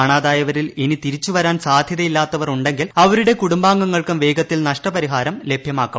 കാണാതായവരിൽ ഇനി തിരിച്ചുവരാൻ സാധ്യതയില്ലാത്തവർ ഉണ്ടെങ്കിൽ അവരുടെ കുടുംബങ്ങൾക്കും വേഗത്തിൽ നഷ്ടപരിഹാരം ലഭ്യമാക്കും